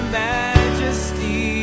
majesty